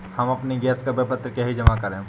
हम अपने गैस का विपत्र कैसे जमा करें?